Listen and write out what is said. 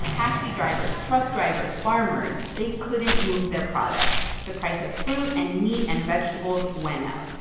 taxi drivers, truck drivers, farmers, they couldn't move their products. the price of fruit and meat and vegetables went up.